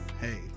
Hey